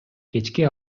кечки